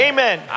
Amen